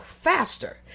faster